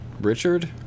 Richard